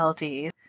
LD